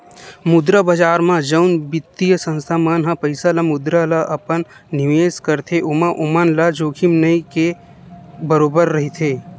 मुद्रा बजार म जउन बित्तीय संस्था मन ह पइसा ल मुद्रा ल अपन निवेस करथे ओमा ओमन ल जोखिम नइ के बरोबर रहिथे